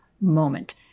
moment